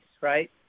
right